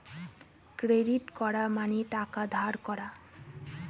credit করা মানে টাকা ধার করা